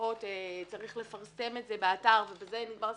הצעות צריך לפרסם באתר ובזה נגמר הסיפור,